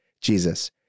Jesus